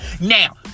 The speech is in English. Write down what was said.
Now